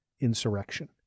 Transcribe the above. insurrection